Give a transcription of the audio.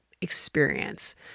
experience